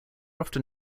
often